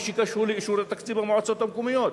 שקשור לאישור התקציב במועצות המקומיות.